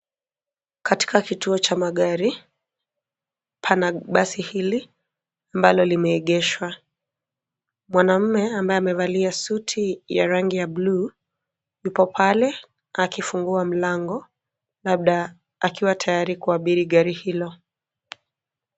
Katika kituo cha magari pana basi hili ambalo limeegeshwa. Mwanaume ambaye amevalia suti ya rangi ya bluu yupo pale akifungua mlango labda akiwa tayari kuabiri gari hilo.